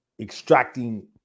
extracting